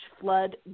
flood